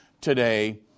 today